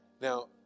Now